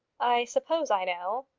i suppose i know.